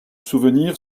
souvenir